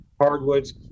hardwoods